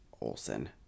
Olson